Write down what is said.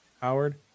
Howard